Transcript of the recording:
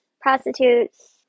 prostitutes